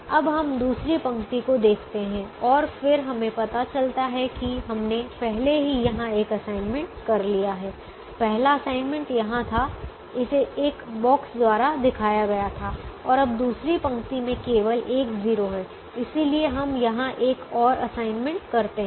अब हम दूसरी पंक्ति को देखते हैं और फिर हमें पता चलता है कि हमने पहले ही यहाँ एक असाइनमेंट कर लिया है पहला असाइनमेंट यहाँ था इसे एक बॉक्स द्वारा दिखाया गया था और अब दूसरी पंक्ति में केवल एक 0 है इसलिए हम यहाँ एक और असाइनमेंट करते हैं